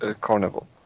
Carnival